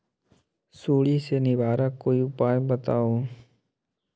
सुडी से निवारक कोई उपाय बताऊँ?